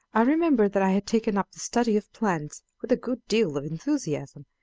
i remember that i had taken up the study of plants with a good deal of enthusiasm,